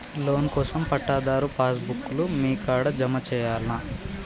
Loan కోసం పట్టాదారు passbook లు మీ కాడా జమ చేయల్నా?